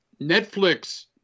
Netflix